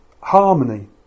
harmony